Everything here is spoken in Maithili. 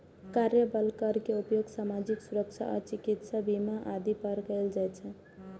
कार्यबल कर के उपयोग सामाजिक सुरक्षा आ चिकित्सा बीमा आदि पर कैल जाइ छै